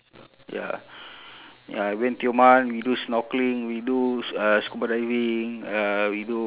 ya ya I went tioman we do snorkeling we do s~ uh scuba diving uh we do